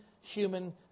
human